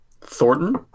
Thornton